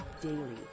daily